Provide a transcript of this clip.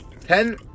Ten